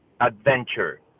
adventure